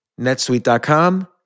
netsuite.com